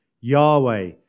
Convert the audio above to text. Yahweh